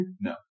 No